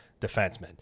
defensemen